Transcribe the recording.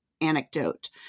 anecdote